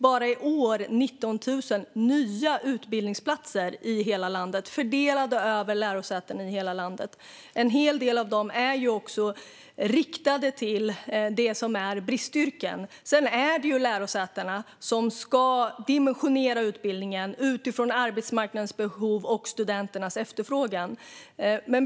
Bara i år blir det 19 000 nya utbildningsplatser fördelade över lärosäten i hela landet. En hel del av dem är riktade till bristyrken. Sedan är det lärosätena som ska dimensionera utbildningen utifrån arbetsmarknadens behov och studenternas efterfrågan.